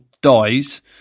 dies